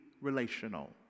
relational